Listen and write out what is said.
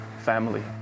family